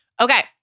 Okay